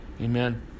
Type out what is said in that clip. Amen